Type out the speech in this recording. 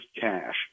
cash